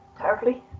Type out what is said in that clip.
terribly